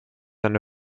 eine